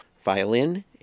violin